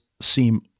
seem